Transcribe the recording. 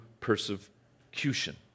persecution